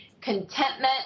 contentment